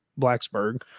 Blacksburg